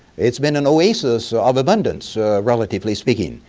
it's been an oasis of abundance relatively speaking,